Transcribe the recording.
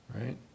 right